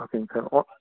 ஓகேங்க சார் ஒ